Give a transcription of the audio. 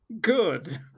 Good